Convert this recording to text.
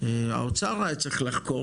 האוצר היה צריך לחקור